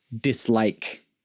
dislike